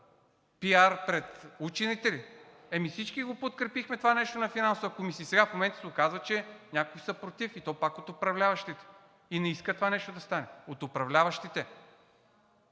пиар пред учените ли? Ами всички го подкрепихме това нещо на Финансова комисия и сега в момента се оказва, че някои са против, и то пак от управляващите, и не искат това нещо да стане. От управляващите